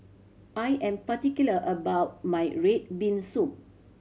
I am particular about my red bean soup